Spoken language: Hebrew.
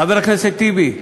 חבר הכנסת טיבי,